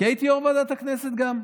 כי הייתי יו"ר ועדת הכנסת גם.